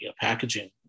packaging